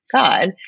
God